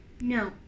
No